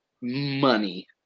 Money